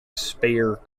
spare